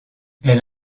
elle